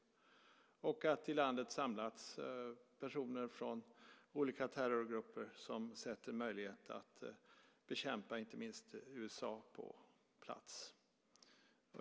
I landet har också samlats personer från olika terrorgrupper som sett en möjlighet att bekämpa inte minst USA på plats.